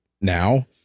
now